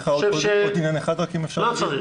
אני חושב